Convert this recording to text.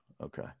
Okay